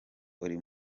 uri